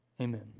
Amen